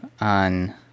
on